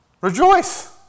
Rejoice